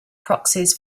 proxies